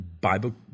Bible